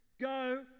go